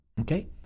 okay